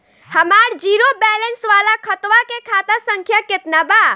हमार zero balance वाला खतवा के खाता संख्या केतना बा?